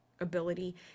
ability